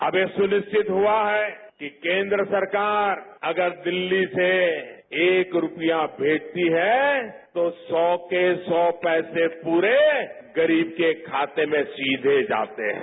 अब ये सुनिश्चित हुआ है कि केन्द्र सरकार दिल्ली से एक रूपया भेजती है तो सौ के सौ पैसे पूरे गरीब के खाते में सीधे जाते हैं